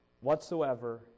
whatsoever